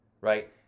right